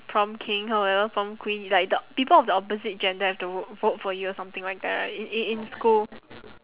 prom king or whatever prom queen like the people of the opposite gender have to vote vote for you or something like that right in in in school